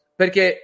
perché